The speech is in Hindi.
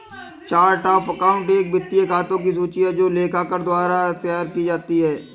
चार्ट ऑफ़ अकाउंट एक वित्तीय खातों की सूची है जो लेखाकार द्वारा तैयार की जाती है